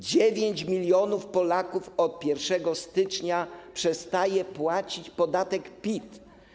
9 mln Polaków od 1 stycznia przestaje płacić podatek PIT.